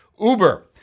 Uber